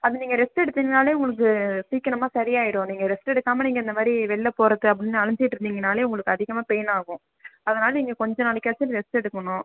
அது நீங்கள் ரெஸ்ட் எடுத்திங்கனாலே உங்களுக்கு சீக்கினமா சரியாயிரும் நீங்கள் ரெஸ்ட் எடுக்காமல் நீங்கள் இந்தமாதிரி வெளில போகறத்து அப்படின் அலைஞ்சிட்ருந்திங்கனாலே உங்களுக்கு அதிகமாக பெய்னாகும் அதனால நீங்கள் கொஞ்ச நாளைக்காச்சும் ரெஸ்ட் எடுக்கணும்